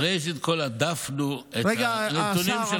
ראשית כול, הדפנו את הנתונים שלך.